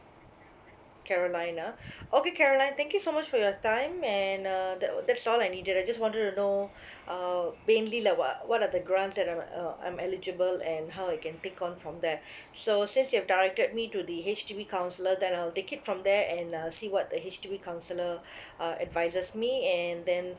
caroline ah okay caroline thank you so much for your time and uh that will that's all I needed I just wanted to know uh mainly like what what are the grants that I'm uh I'm eligible and how I can take on from there so since you have directed me to the H_D_B counsellor then I'll take it from there and uh see what the H_D_B counsellor uh advises me and then